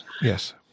Yes